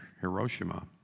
Hiroshima